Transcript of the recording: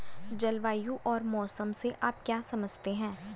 जलवायु और मौसम से आप क्या समझते हैं?